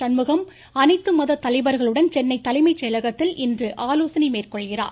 சண்முகம் அனைத்து மத தலைவர்களுடன் சென்னை தலைமை செயலகத்தில் இன்று ஆலோசனை மேற்கொள்கிறார்